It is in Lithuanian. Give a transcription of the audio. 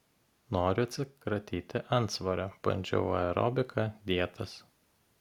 noriu atsikratyti antsvorio bandžiau aerobiką dietas